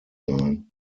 line